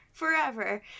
forever